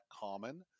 common